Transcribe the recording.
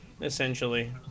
essentially